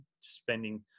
spending